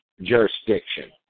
jurisdiction